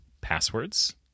passwords